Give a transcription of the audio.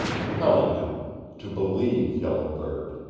compelling him to believe yellow bird.